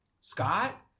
Scott